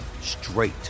straight